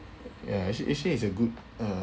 ya actually actually it's a good uh